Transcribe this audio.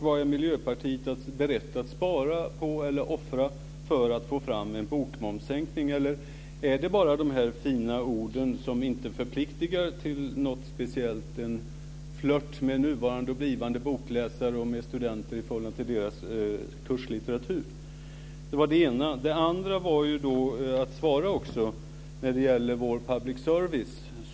Vad är Miljöpartiet berett att spara på eller offra för att få fram en bokmomssänkning? Eller är det bara fina ord som inte förpliktigar till något speciellt - en flört med nuvarande och blivande bokläsare och med studenter i förhållande till deras kurslitteratur? Det var det ena. Det andra är ett svar när det gäller public service.